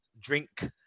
drink